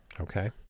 Okay